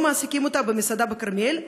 לא מעסיקים אותה במסעדה בכרמיאל.